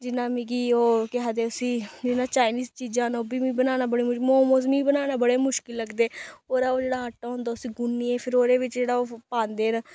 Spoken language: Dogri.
जिन्ना मिगी ओह् केह् आक्खदे उस्सी जिन्ना चाइनीस चीजां न ओह् बी मी बनाना बड़ी मुश मोमोस मी बनाना मी बड़े मुश्कल लगदे ओह्दा ओह् जेह्ड़ा आटा होंदा उस्सी गुन्नियै फिर ओह् ओहदे बिच्च जेह्ड़ा ओह् पांदे न